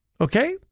Okay